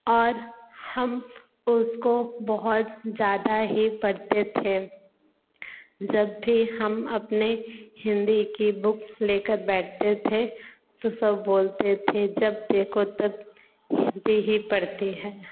और हम उसको बहुत ज़्यादा ही पढ़ते थे जब भी हम अपने हिंदी की बुक लेकर बैठते थे तो सब बोलते थे जब देखो तब हिंदी ही पढ़ती है